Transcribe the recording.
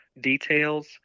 details